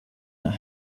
that